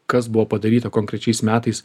kas buvo padaryta konkrečiais metais